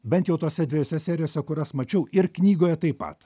bent jau tose dviejose serijose kurias mačiau ir knygoje taip pat